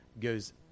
goes